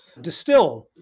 distill